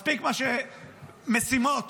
מספיק משימות